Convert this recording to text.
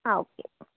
ആ ഓക്കെ